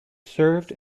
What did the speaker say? served